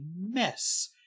mess